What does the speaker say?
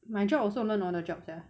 my job also learn on the job sia